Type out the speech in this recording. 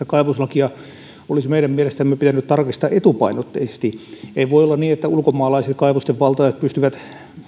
kaivoslakia olisi meidän mielestämme pitänyt tarkistaa etupainotteisesti ei voi olla niin että ulkomaalaiset kaivosten valtaajat pystyvät